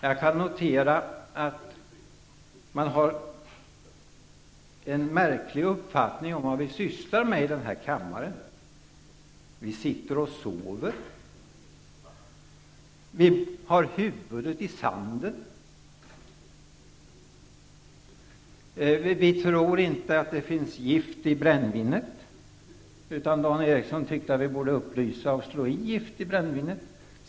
Jag noterar att man har en märklig uppfattning om vad vi sysslar med i den här kammaren: vi sitter och sover, vi har huvudet i sanden, vi tror inte att det finns gift i brännvinet -- och Dan Eriksson i Stockholm tyckte att vi borde upplysa och slå gift i brännvinet.